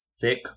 Thick